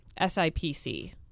SIPC